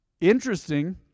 Interesting